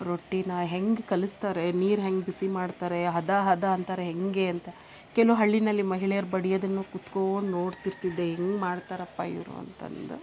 ರೊಟ್ಟಿನಾ ಹೆಂಗೆ ಕಲಿಸ್ತಾರೆ ನೀರು ಹೆಂಗೆ ಬಿಸಿ ಮಾಡ್ತಾರೆ ಹದ ಹದ ಅಂತಾರೆ ಹೇಗೆ ಅಂತ ಕೆಲವು ಹಳ್ಳಿನಲ್ಲಿ ಮಹಿಳೆಯರು ಬಡಿಯೋದನ್ನು ಕುತ್ಕೋಂಡು ನೋಡ್ತಿರ್ತಿದ್ದೆ ಹೆಂಗ್ ಮಾಡ್ತಾರಪ್ಪ ಇವರು ಅಂತಂದು